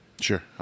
Sure